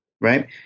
right